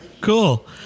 Cool